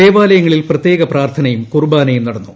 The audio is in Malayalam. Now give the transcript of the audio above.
ദേവാലയ ങ്ങളിൽ പ്രത്യേക പ്രാർത്ഥനയും കുർബാനയും നടന്നു